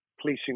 Policing